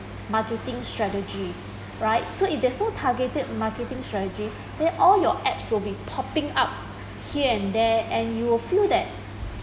marketing strategy right so if there is no targeted marketing strategy that all your apps will popping up here and there and you'll feel that